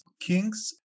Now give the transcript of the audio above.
kings